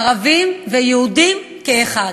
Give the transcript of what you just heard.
ערבים ויהודים כאחד.